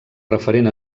referent